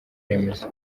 remezo